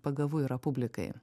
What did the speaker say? pagavu yra publikai